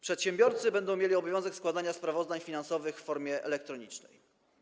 Przedsiębiorcy będą mieli obowiązek składania sprawozdań finansowych w formie elektronicznej.